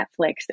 Netflix